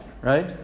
Right